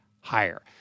higher